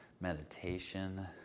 meditation